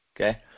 okay